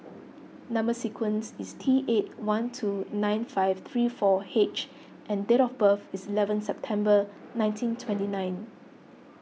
Number Sequence is T eight one two nine five three four H and date of birth is eleven September nineteen twenty nine